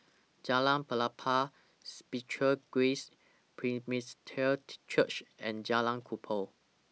Jalan Pelepah Spiritual Grace Presbyterian Church and Jalan Kubor